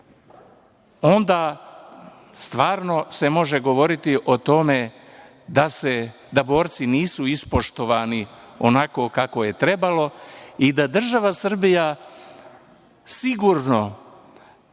onda se stvarno može govoriti o tome da borci nisu ispoštovani onako kako je trebalo i da je država Srbija sigurno